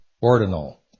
Ordinal